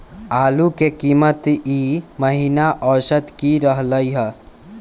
आलू के कीमत ई महिना औसत की रहलई ह?